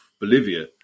Bolivia